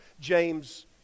James